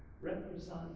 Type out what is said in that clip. represent